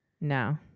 no